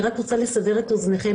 אני רק רוצה לסבר את אוזניכם,